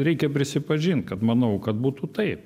reikia prisipažint kad manau kad būtų taip